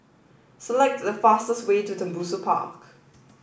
select the fastest way to Tembusu Park